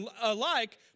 alike